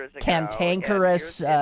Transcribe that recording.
cantankerous